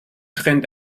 trennt